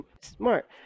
smart